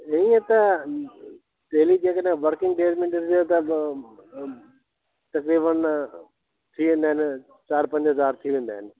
ईअं त डेली जंहिं कडहिं वर्किंग डेस में मिलो था त तक़रीबन थी वेंदा आहिनि चारि पंज हज़ार थी वेंदा आहिनि